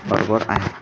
बरोबर आहे